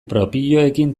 propioekin